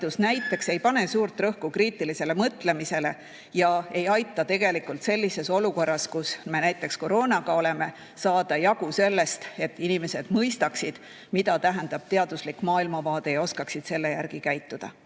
haridus ei pane suurt rõhku kriitilisele mõtlemisele ja ei aita tegelikult sellises olukorras, kus me näiteks koroonaga oleme, saada jagu sellest, et inimesed mõistaksid, mida tähendab teaduslik maailmavaade, ja oskaksid selle järgi käituda.